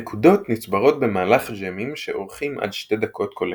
נקודות נצברות במהלך ג'אמים שאורכים עד שתי דקות כל אחד,